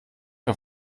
auf